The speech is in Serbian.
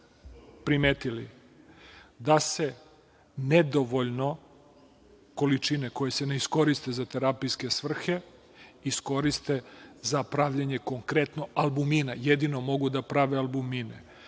primetili, da se nedovoljno, količine koje se ne iskoriste za terapijske svrhe, iskoriste za pravljenje konkretno albumina, jedino mogu da prave albumine.